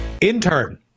Intern